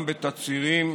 גם בתצהירים